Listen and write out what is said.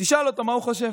תשאל אותו מה הוא חושב.